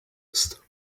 ist